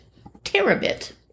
terabit